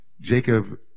Jacob